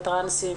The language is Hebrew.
והטרנסים.